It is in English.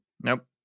nope